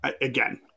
again